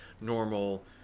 normal